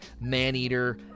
Maneater